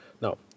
Now